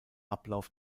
ablauf